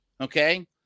Okay